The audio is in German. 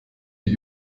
die